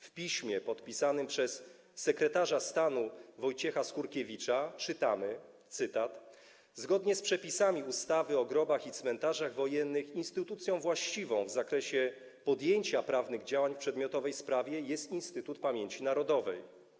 W piśmie podpisanym przez sekretarza stanu Wojciecha Skurkiewicza czytamy, cytuję: „Zgodnie z przepisami ustawy o grobach i cmentarzach wojennych instytucją właściwą w zakresie podjęcia prawnych działań w przedmiotowej sprawie jest Instytut Pamięci Narodowej.